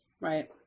right